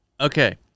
Okay